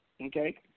Okay